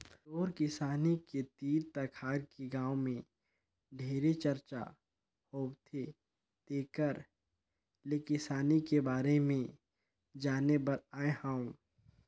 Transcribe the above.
तोर किसानी के तीर तखार के गांव में ढेरे चरचा होवथे तेकर ले किसानी के बारे में जाने बर आये हंव